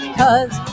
cause